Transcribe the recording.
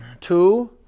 Two